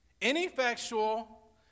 ineffectual